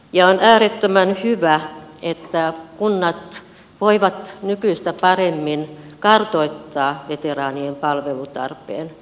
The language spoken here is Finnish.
ja on äärettömän hyvä että kunnat voivat nykyistä paremmin kartoittaa veteraanien palvelutarpeen